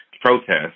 protest